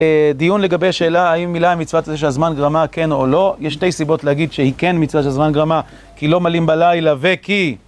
דיון לגבי שאלה האם מילה המצוות של הזמן גרמה כן או לא, יש שתי סיבות להגיד שהיא כן מצוות של זמן גרמה, כי לא מלאים בלילה וכי...